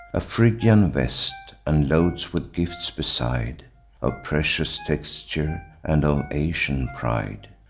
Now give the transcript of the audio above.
a phrygian vest and loads with gifts beside of precious texture, and of asian pride.